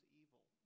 evil